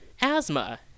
asthma